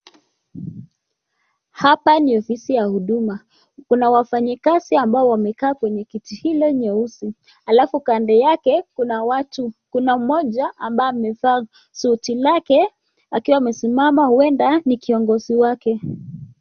Hapa ni ofisi ya huduma. Kuna wafanyikazi ambao wamekaa kiti ile nyeusi alafu kando yake kuna watu. Kuna mmoja ambaye amevaa suti lake akiwa amesimama huenda ni kiongozi wake.